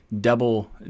double